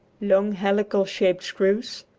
long helical-shaped screws,